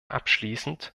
abschließend